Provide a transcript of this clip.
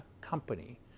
company